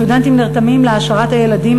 הסטודנטים נרתמים להעשרת הילדים,